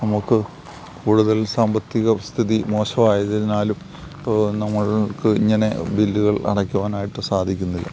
നമുക്ക് കൂടുതൽ സാമ്പത്തികസ്ഥിതി മോശമായതിനാലും നമ്മൾക്ക് ഇങ്ങനെ ബില്ലുകൾ അടയ്ക്കുവാനായിട്ട് സാധിക്കുന്നില്ല